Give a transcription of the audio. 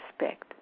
respect